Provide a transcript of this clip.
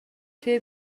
توی